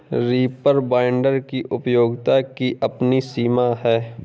reaper binder की उपयोगिता की अपनी सीमा है